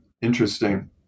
interesting